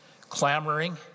clamoring